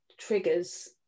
triggers